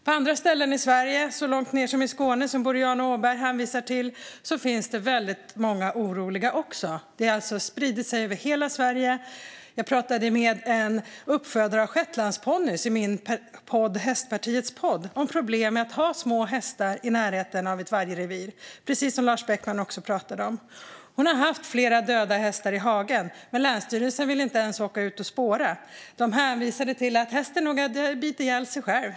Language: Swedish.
På andra ställen i Sverige, så långt ned som i Skåne, som Boriana Åberg hänvisar till, finns det också väldigt många oroliga. Detta har alltså spridit sig över hela Sverige. Jag pratade med en uppfödare av shetlandsponnyer i min podd, Hästpartiets podd, om problem med att ha små hästar i närheten av ett vargrevir - det pratade Lars Beckman också om. Hon hade haft flera döda hästar i hagen, men länsstyrelsen ville inte ens åka ut och spåra. De hänvisade till att hästen nog hade bitit ihjäl sig själv.